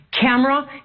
camera